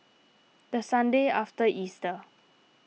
the Sunday after Easter